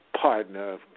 partner